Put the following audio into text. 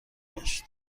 گشت